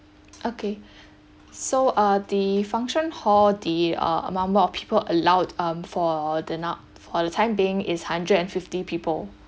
okay so uh the function hall the uh number of people allowed mm for the now for the time being is hundred and fifty people